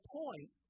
point